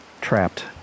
trapped